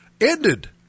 ended